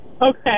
Okay